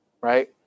right